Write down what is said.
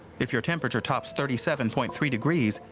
if your temperature tops thirty seven point three degrees,